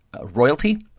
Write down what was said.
royalty